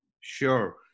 Sure